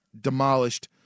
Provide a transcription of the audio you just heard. demolished